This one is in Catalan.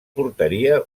portaria